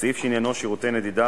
סעיף שעניינו שירותי נדידה.